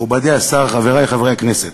מכובדי השר, חברי חברי הכנסת,